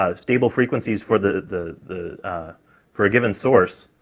ah stable frequencies for the, the the for a given source,